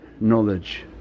knowledge